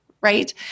right